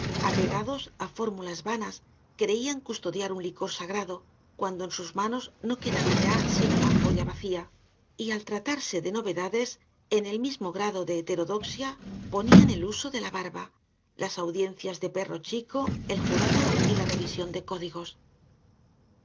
apegados á fórmulas vanas creían custodiar un licor sagrado cuando en sus manos no quedaba ya sino la ampolla vacía y al tratarse de novedades en el mismo grado de heterodoxia ponían el uso de la barba las audiencias de perro chico el jurado y la revisión de códigos